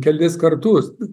kelis kartus